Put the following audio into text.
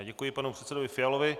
Děkuji panu předsedovi Fialovi.